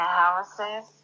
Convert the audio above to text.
houses